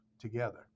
together